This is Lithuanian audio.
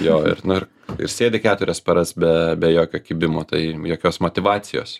jo ir nu ir ir sėdi keturias paras be be jokio kibimo tai jokios motyvacijos